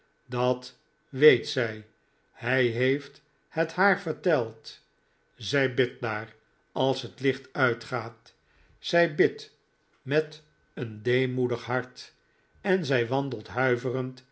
dat weet zij hij heeft het haar verteld zij bidt daar als het licht uitgaat zij bidt met een deemoedig hart en zij wandelt huiverend